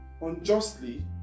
unjustly